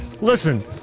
listen